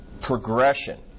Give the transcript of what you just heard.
progression